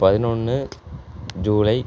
பதினொன்று ஜூலை